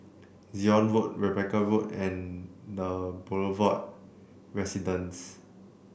Zion Road Rebecca Road and The Boulevard Residence